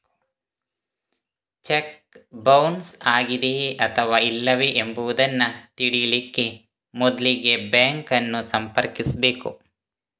check bounce ಆಗಿದೆಯೇ ಅಥವಾ ಇಲ್ಲವೇ ಎಂಬುದನ್ನ ತಿಳೀಲಿಕ್ಕೆ ಮೊದ್ಲಿಗೆ ಬ್ಯಾಂಕ್ ಅನ್ನು ಸಂಪರ್ಕಿಸ್ಬೇಕು